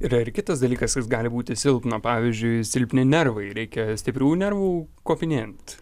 yra ir kitas dalykas jis gali būti silpno pavyzdžiui silpni nervai reikia stiprių nervų kopinėjant